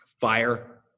fire